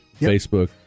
Facebook